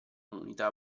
comunità